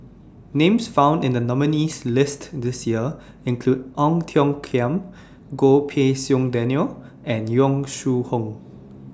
Names found in The nominees' list This Year include Ong Tiong Khiam Goh Pei Siong Daniel and Yong Shu Hoong